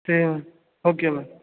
சரி ma'am okay ma'am